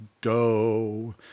go